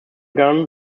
gun